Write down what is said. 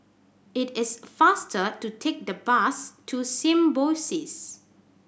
it is faster to take the bus to Symbiosis